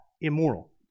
immoral